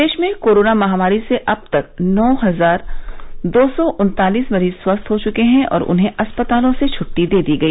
प्रदेश में कोरोना महामारी से अब तक नौ हजार दो सौ उन्तालीस मरीज स्वस्थ हो चुके हैं और उन्हें अस्पतालों से छुट्टी दे दी गई